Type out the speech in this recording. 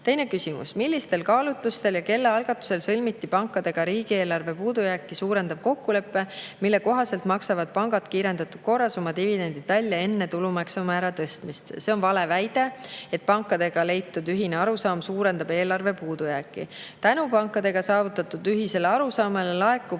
Teine küsimus: "Millistel kaalutlustel ja kelle algatusel sõlmiti pankadega riigieelarve puudujääki suurendav kokkulepe, mille kohaselt maksavad pangad kiirendatud korras oma dividendid välja enne tulumaksumäära tõstmist?" See on vale väide, et pankadega leitud ühine arusaam suurendab eelarve puudujääki. Tänu pankadega saavutatud ühisele arusaamale laekub